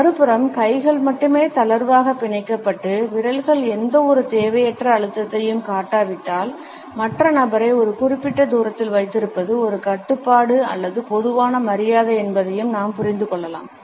மறுபுறம் கைகள் மட்டுமே தளர்வாக பிணைக்கப்பட்டு விரல்கள் எந்தவொரு தேவையற்ற அழுத்தத்தையும் காட்டாவிட்டால் மற்ற நபரை ஒரு குறிப்பிட்ட தூரத்தில் வைத்திருப்பது ஒரு கட்டுப்பாடு அல்லது பொதுவான மரியாதை என்பதையும் நாம் புரிந்து கொள்ளலாம்